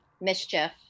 mischief